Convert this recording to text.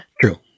True